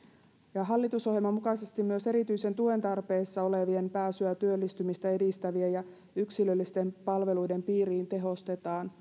hallitusohjelman mukaisesti myös erityisen tuen tarpeessa olevien pääsyä työllistymistä edistävien ja yksilöllisten palveluiden piiriin tehostetaan